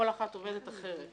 כל אחת עובדת אחרת.